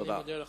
תודה רבה.